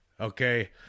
Okay